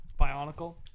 Bionicle